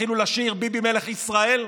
תתחילו לשיר: ביבי מלך ישראל?